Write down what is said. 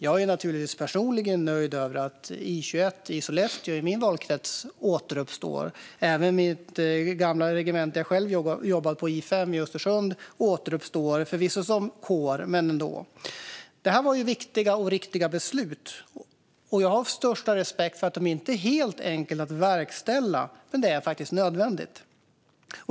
Jag är naturligtvis personligen nöjd med att I 21 i Sollefteå, i min valkrets, återuppstår. Även det gamla regemente där jag själv jobbade, I 5 i Östersund, återuppstår, förvisso som kår men ändå. Detta var viktiga och riktiga beslut, och jag har den största respekt för att de inte är helt lätta att verkställa, men det är faktiskt nödvändigt.